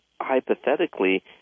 hypothetically